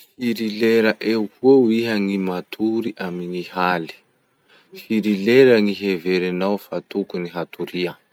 Firy lera eo ho eo iha gny matory amy gny haly? Firy lera no heverinao fa tokony hatoria?